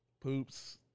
Poops